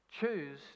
Choose